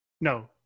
No